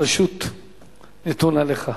הרשות נתונה לך.